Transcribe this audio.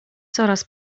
coraz